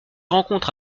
rencontre